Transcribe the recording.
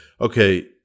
okay